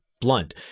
blunt